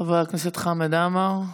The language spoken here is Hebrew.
חבר הכנסת חמד עמאר.